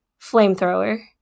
flamethrower